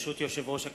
ברשות יושב-ראש הכנסת,